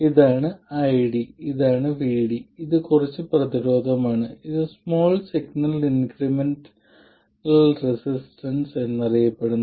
ഇതാണ് ID ഇതാണ് VD ഇത് കുറച്ച് പ്രതിരോധമാണ് ഇത് സ്മാൾ സിഗ്നൽ ഇൻക്രിമെന്റൽ റെസിസ്റ്റൻസ് എന്നറിയപ്പെടുന്നു